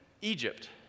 Egypt